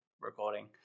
recording